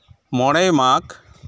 ᱢᱚᱬᱮᱭ ᱢᱟᱜᱽ